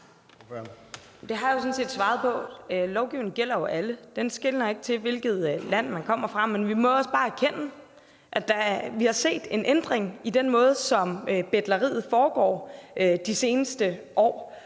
jeg sådan set svaret på. Loven gælder jo alle. Den skeler ikke til, hvilket land man kommer fra. Men vi må også bare erkende, at vi de seneste år har set en ændring i den måde, som betleriet foregår på. De her